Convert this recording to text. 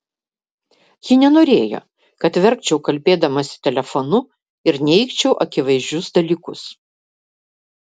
ji nenorėjo kad verkčiau kalbėdamasi telefonu ir neigčiau akivaizdžius dalykus